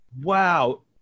Wow